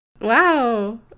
Wow